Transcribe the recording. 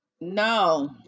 No